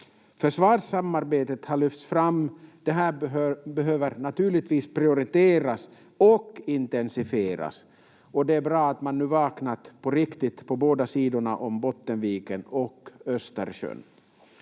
Försvarssamarbetet har lyfts fram. Det här behöver naturligtvis prioriteras och intensifieras, och det är bra att man nu vaknat på riktigt på båda sidorna om Bottenviken och Östersjön.